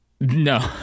No